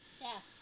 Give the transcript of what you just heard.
Yes